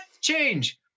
change